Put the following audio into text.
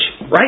right